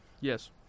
yes